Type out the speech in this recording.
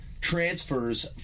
Transfers